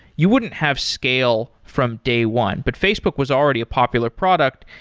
you wouldn't have scale from day one, but facebook was already a popular product.